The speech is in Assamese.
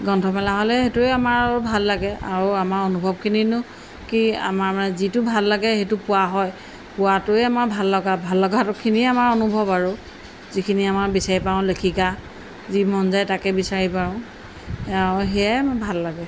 গ্ৰন্থমেলা হ'লে সেইটোৱে আমাৰ ভাল লাগে আৰু আমাৰ অনুভৱখিনো কি আমাৰ মানে যিটো ভাল লাগে সেইটো পোৱা হয় পোৱাটোৱে আমাৰ ভাল লগা ভাল লগাখিনিয়ে আমাৰ অনুভৱ আৰু যিখিনি আমাৰ বিচাৰি পাওঁ লেখিকা যি মন যায় তাকে বিচাৰি পাওঁ সেয়াই আমাৰ ভাল লাগে